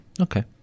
Okay